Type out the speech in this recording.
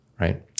right